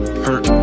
hurt